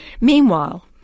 Meanwhile